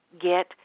get